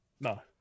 No